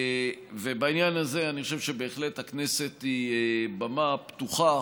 בעניין הזה אני חושב שבהחלט הכנסת היא במה פתוחה,